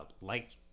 Light